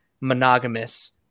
monogamous